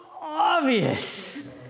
obvious